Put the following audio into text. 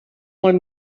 molt